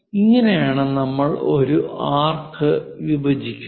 ഇങ്ങനെയാണ് നമ്മൾ ഒരു ആർക്ക് വിഭജിക്കുന്നത്